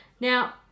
Now